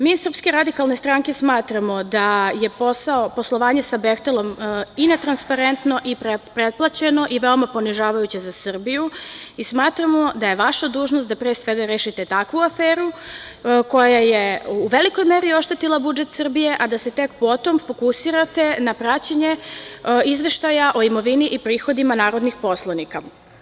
Mi iz SRS smatramo da je poslovanje sa "Behtelom" i netransparentno i preplaćeno i veoma ponižavajuće za Srbiju i smatramo da je vaša dužnost da pre svega rešite takvu aferu koja je u velikoj meri oštetila budžet Srbije, a da se tek potom fokusirate na praćenje izveštaja o imovini i prihodima narodnih poslanika.